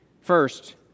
First